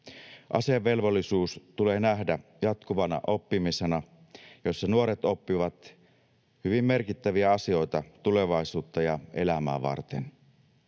Asevelvollisuus tulee nähdä jatkuvana oppimisena, jossa nuoret oppivat hyvin merkittäviä asioita tulevaisuutta ja elämää varten.